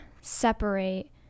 separate